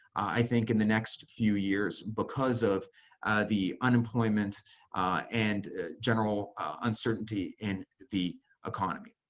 i think in the next few years because of the unemployment and general uncertainty in the economy.